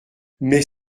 mais